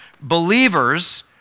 believers